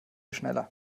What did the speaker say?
schneller